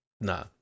No